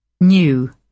New